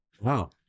Wow